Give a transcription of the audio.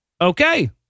Okay